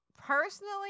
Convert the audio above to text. personally